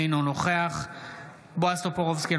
אינו נוכח בועז טופורובסקי,